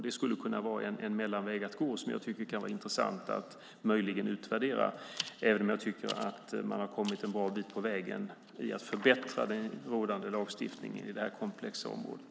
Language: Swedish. Detta skulle kunna vara en mellanväg som jag tycker att det skulle kunna vara intressant att utvärdera, även om jag tycker att man har kommit en bra bit på vägen med att förbättra den rådande lagstiftningen på det här komplexa området.